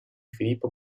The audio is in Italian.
filippo